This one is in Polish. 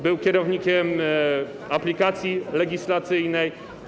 Był kierownikiem aplikacji legislacyjnej.